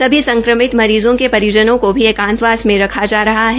सभी संक्रमित मरीजों के परिजनों को भी एकांतवास में रखा जा रहा है